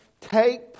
Take